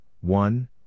one